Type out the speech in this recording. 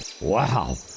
Wow